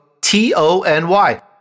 T-O-N-Y